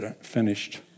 finished